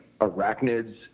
arachnids